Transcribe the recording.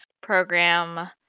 program